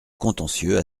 contentieux